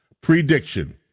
Prediction